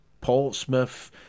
Portsmouth